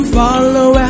follow